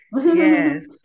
Yes